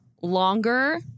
longer